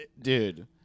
Dude